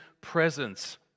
presence